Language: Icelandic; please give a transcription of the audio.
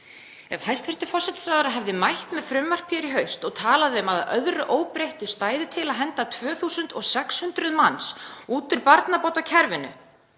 Ef hæstv. forsætisráðherra hefði mætt með frumvarp hér í haust og talað um að að öðru óbreyttu stæði til að henda 2.600 manns út úr barnabótakerfinu